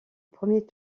premier